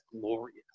glorious